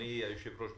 אדוני היושב-ראש,